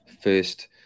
first